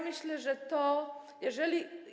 Myślę, że to, jeżeli.